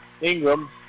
Ingram